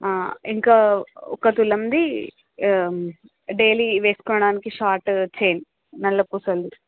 ఇంకా ఒక తులంది డైలీ వేసుకోడానికి షార్ట్ చైన్ నల్లపూసలు